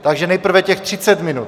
Takže nejprve těch třicet minut.